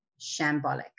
shambolic